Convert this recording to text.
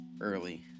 early